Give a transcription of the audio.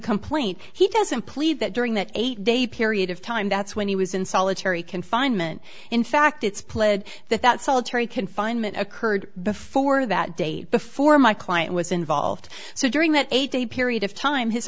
complaint he doesn't plead that during that eight day period of time that's when he was in solitary confinement in fact it's pled that that solitary confinement occurred before that day before my client was involved so during that eight day period of time his